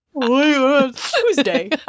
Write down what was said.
Tuesday